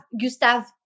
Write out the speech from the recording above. Gustave